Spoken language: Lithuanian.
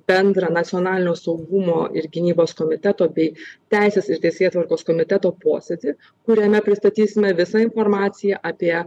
bendrą nacionalinio saugumo ir gynybos komiteto bei teisės ir teisėtvarkos komiteto posėdį kuriame pristatysime visą informaciją apie